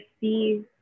see